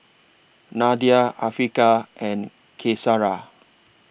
Nadia Afiqah and Qaisara